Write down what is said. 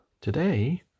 Today